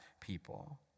people